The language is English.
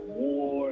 war